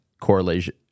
correlation